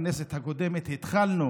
בכנסת הקודמת התחלנו